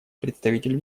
представитель